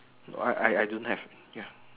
no I I don't have ya